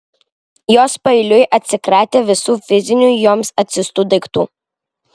jos paeiliui atsikratė visų fizinių joms atsiųstų daiktų